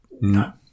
No